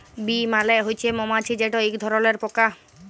bee মালে হছে মমাছি যেট ইক ধরলের পকা